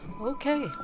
Okay